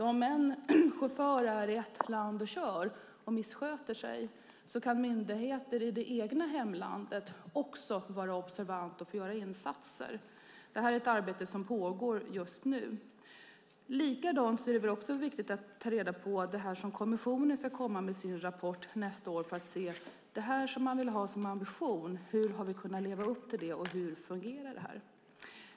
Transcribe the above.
Om en chaufför missköter sig i ett land kan myndigheter i det egna hemlandet också vara observanta och göra insatser. Det är ett pågående arbete. Likadant är det viktigt att ta reda på det som kommissionen ska ta upp i sin rapport nästa år, nämligen hur man har levt upp till sina ambitioner.